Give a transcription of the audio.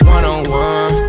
One-on-one